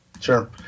Sure